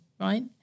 right